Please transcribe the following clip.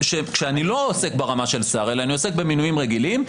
כשאני לא עוסק ברמה של שר אלא אני עוסק במינויים רגילים,